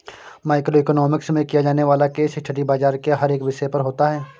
micro economics में किया जाने वाला केस स्टडी बाजार के हर एक विषय पर होता है